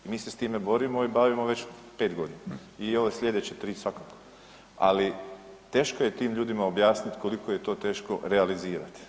Mi se s time borimo i bavimo već 5.g. i evo slijedeće 3 svakako, ali teško je tim ljudima objasnit koliko je to teško realizirat.